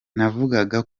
navuga